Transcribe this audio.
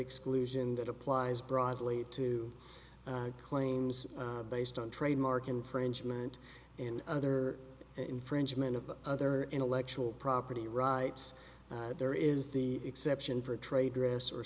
exclusion that applies broadly to claims based on trademark infringement and other infringement of other intellectual property rights there is the exception for a trade dress or